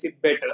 better